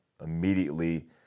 immediately